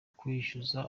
kwishyuza